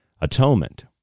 atonement